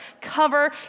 cover